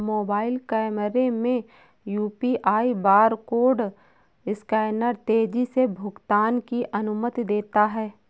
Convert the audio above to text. mobile कैमरे में UPI barcode scanner तेजी से भुगतान की अनुमति देता है